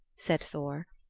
said thor,